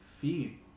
feed